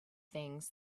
things